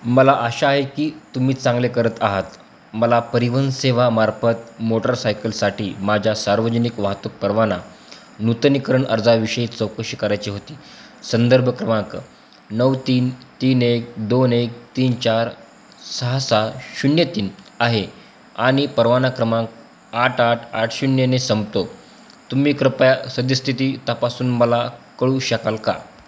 मला आशा आहे की तुम्ही चांगले करत आहात मला परिवहन सेवेमार्फत मोटरसायकलसाठी माझ्या सार्वजनिक वाहतूक परवाना नूतनीकरण अर्जाविषयी चौकशी करायची होती संदर्भ क्रमांक नऊ तीन तीन एक दोन एक तीन चार सहा सहा शून्य तीन आहे आणि परवाना क्रमांक आठ आठ आठ शून्यने संपतो तुम्ही कृपया सद्यस्थिती तपासून मला कळवू शकाल का